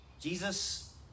Jesus